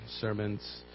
sermons